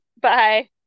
bye